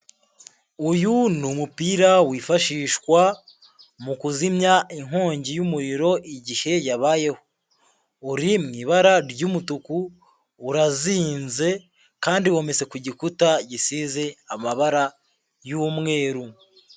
Uyu ni umupira wifashishwa mu kuzimya inkongi y'umuriro igihe yabayeho, uri mu ibara ry'umutuku, urazinze kandi wometse ku gikuta gisize amabara y'umweru.